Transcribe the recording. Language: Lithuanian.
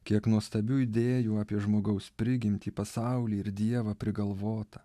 kiek nuostabių idėjų apie žmogaus prigimtį pasaulį ir dievą prigalvota